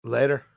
Later